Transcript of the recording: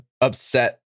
upset